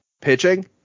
pitching